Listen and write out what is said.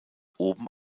oben